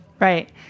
Right